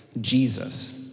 Jesus